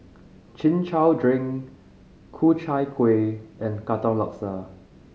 Chin Chow drink Ku Chai Kuih and Katong Laksa